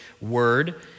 word